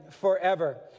forever